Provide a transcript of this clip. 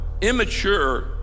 immature